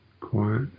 quiet